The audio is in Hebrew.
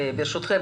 ברשותכם,